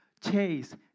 chase